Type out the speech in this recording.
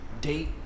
Date